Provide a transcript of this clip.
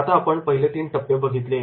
आता आपण पहिले तीन टप्पे बघितले